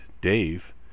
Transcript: dave